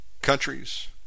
countries